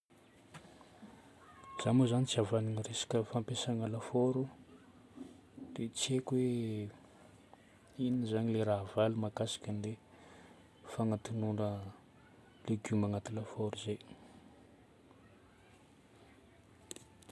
Za moa zagny tsy havanana resaka fampiasagna lafaoro, dia tsy haiko hoe inona zagny ilay raha avaly mahakasika an'ilay fagnatonoana legioma agnaty lafaoro zay.